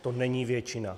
To není většina.